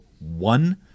one